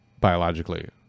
biologically